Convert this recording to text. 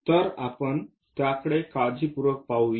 तर आपण त्याकडे काळजीपूर्वक पाहूया